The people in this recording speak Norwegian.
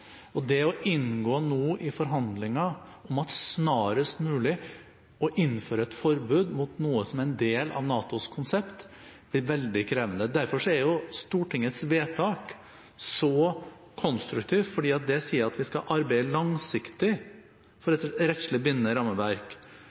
gå inn i forhandlinger nå om snarest mulig å innføre et forbud mot noe som er en del av NATOs konsept, er veldig krevende. Derfor er Stortingets vedtak så konstruktivt, fordi det sier at vi skal arbeide langsiktig for et rettslig bindende rammeverk,